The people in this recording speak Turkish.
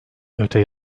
öte